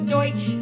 Deutsch